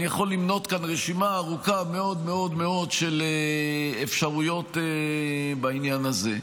אני יכול למנות כאן רשימה ארוכה מאוד מאוד מאוד של אפשרויות בעניין הזה.